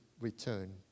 return